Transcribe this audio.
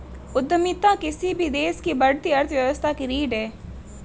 उद्यमिता किसी भी देश की बढ़ती अर्थव्यवस्था की रीढ़ है